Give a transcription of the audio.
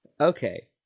okay